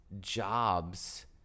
jobs